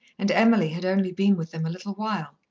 and emily had only been with them a little while.